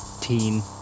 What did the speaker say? Teen